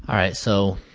alright, so